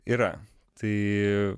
yra tai